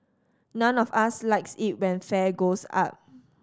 none of us likes it when fare goes up